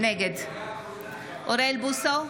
נגד אוריאל בוסו,